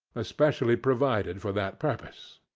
especially provided for that purpose.